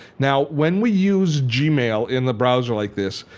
now when we use gmail in the browser like this,